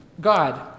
God